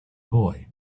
boy